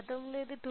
గతంలో ఇది 2